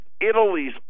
Italy's